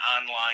online